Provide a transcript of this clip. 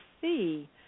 see